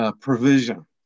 provision